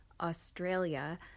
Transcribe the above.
Australia